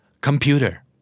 Computer